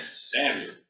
Samuel